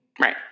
Right